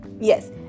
Yes